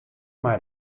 mei